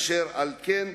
אשר על כן,